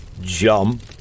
Jump